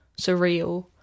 surreal